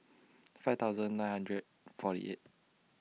five thousand nine hundred forty eight